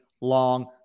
long